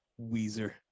Weezer